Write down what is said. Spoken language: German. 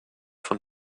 von